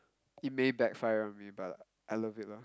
it may backfire on me but I love it lah